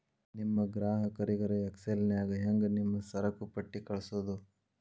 ನಿಮ್ ಗ್ರಾಹಕರಿಗರ ಎಕ್ಸೆಲ್ ನ್ಯಾಗ ಹೆಂಗ್ ನಿಮ್ಮ ಸರಕುಪಟ್ಟಿ ಕಳ್ಸೋದು?